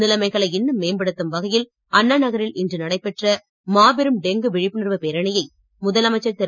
நிலைமைகளை இன்னும் மேம்படுத்தும் வகையில் அண்ணாநகரில் இன்று நடைனபெற்ற மாபெரும் டெங்கு விழிப்புணர்வு பேரணியை முதலமைச்சர் திரு